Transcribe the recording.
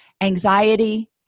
anxiety